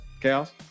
chaos